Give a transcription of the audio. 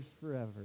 forever